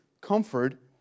comfort